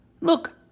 look